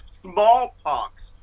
smallpox